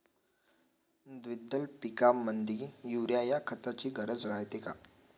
द्विदल पिकामंदी युरीया या खताची गरज रायते का?